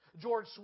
George